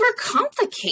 overcomplicate